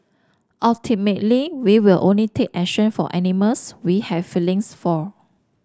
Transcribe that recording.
ultimately we will only take action for animals we have feelings for